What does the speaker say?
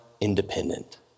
independent